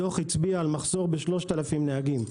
הדוח הצביע על מחסור ב-3,000 נהגים.